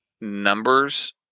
numbers